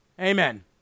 Amen